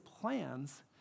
plans